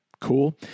cool